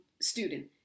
student